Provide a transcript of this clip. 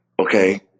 okay